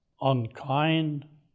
unkind